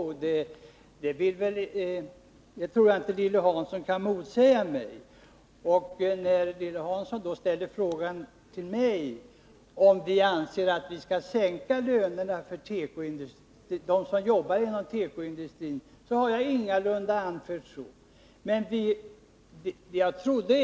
På den punkten tror jag inte att Lilly Hansson kan motsäga mig. När Lilly Hansson ställer frågan till mig, om vi anser att man bör sänka lönerna för dem som jobbar inom tekoindustrin, vill jag påpeka att jag ingalunda anfört något sådant.